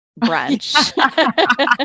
brunch